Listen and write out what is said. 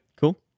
cool